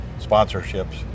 sponsorships